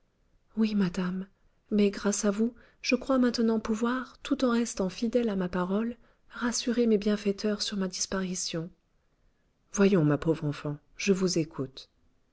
oui madame mais grâce à vous je crois maintenant pouvoir tout en restant fidèle à ma parole rassurer mes bienfaiteurs sur ma disparition voyons ma pauvre enfant je vous écoute